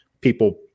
people